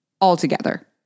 altogether